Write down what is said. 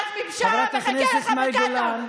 עזמי בשארה מחכה לך בקטאר.